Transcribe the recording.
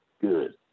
Good